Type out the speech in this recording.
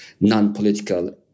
non-political